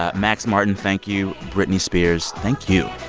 ah max martin, thank you. britney spears, thank you